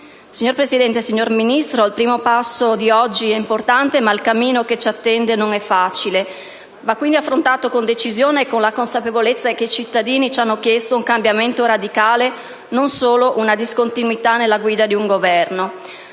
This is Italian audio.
Signor Presidente, signor Ministro, il primo passo di oggi è importante, ma il cammino che ci attende non è facile; va quindi affrontato con decisione e con la consapevolezza che i cittadini ci hanno chiesto un cambiamento radicale, non solo una discontinuità nella guida di un Governo.